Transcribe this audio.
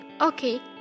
Okay